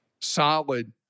solid